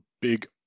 big